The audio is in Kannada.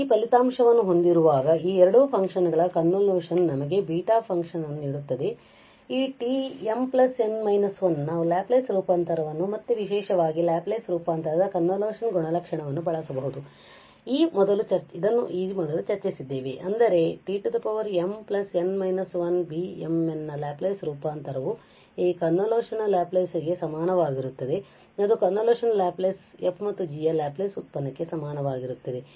ಆದ್ದರಿಂದ ಈ ಫಲಿತಾಂಶವನ್ನು ಹೊಂದಿರುವಾಗ ಈ ಎರಡು ಫಂಕ್ಷನ್ ಗಳ ಕನ್ವೊಲ್ಯೂಶನ್ ನಮಗೆ ಬೀಟಾ ಫಂಕ್ಷನ್ ಅನ್ನು ನೀಡುತ್ತದೆ ಈ t mn−1 ನಾವು ಲ್ಯಾಪ್ಲೇಸ್ ರೂಪಾಂತರವನ್ನು ಮತ್ತು ವಿಶೇಷವಾಗಿ ಲ್ಯಾಪ್ಲೇಸ್ ರೂಪಾಂತರದ ಕನ್ವೋಲ್ಯೂಷನ್ ಗುಣಲಕ್ಷಣವನ್ನು ಬಳಸಬಹುದು ಇದನ್ನು ನಾವು ಈ ಮೊದಲು ಚರ್ಚಿಸಿದ್ದೇವೆ ಅಂದರೆ ಈ t mn−1Βm n ನ ಲ್ಯಾಪ್ಲೇಸ್ ರೂಪಾಂತರವು ಈ ಕನ್ವೋಲ್ಯೂಷನ್ ನ ಲ್ಯಾಪ್ಲೇಸ್ ಗೆ ಸಮನಾಗಿರುತ್ತದೆ ಮತ್ತು ಅದು ಕನ್ವೋಲ್ಯೂಷನ್ ನ ಲ್ಯಾಪ್ಲೇಸ್ f ಮತ್ತು g ಯ ಲ್ಯಾಪ್ಲೇಸ್ ನ ಉತ್ಪನ್ನಕ್ಕೆ ಸಮನಾಗಿರುತ್ತದೆ